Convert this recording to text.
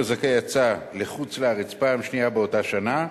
אם הזכאי יצא לחוץ-לארץ פעם שנייה באותה שנה,